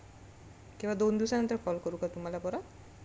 किवा दोन दिवसानंतर कॉल करू का तुम्हाला परत